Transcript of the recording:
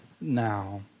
now